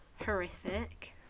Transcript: horrific